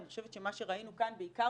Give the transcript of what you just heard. ואני חושבת שמה שראינו כאן בעיקר